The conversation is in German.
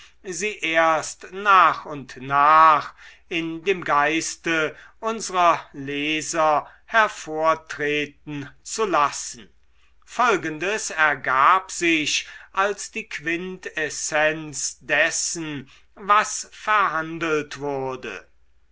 sie erst nach und nach in dem geiste unsrer leser hervortreten zu lassen folgendes ergab sich als die quintessenz dessen was verhandelt wurde